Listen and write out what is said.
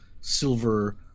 silver